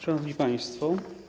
Szanowni Państwo!